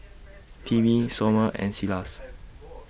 Timmy Somer and Silas